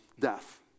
Death